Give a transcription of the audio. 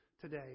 today